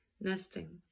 nesting